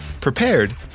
prepared